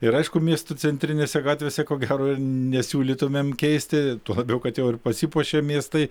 ir aišku miestų centrinėse gatvėse ko gero nesiūlytumėm keisti tuo labiau kad jau ir pasipuošė miestai